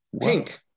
Pink